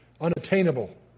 unattainable